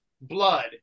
blood